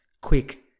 quick